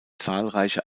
zahlreiche